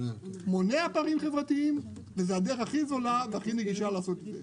זה מונע פערים חברתיים וזו הדרך הכי זולה והכי נגישה לעשות את זה.